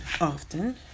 often